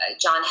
John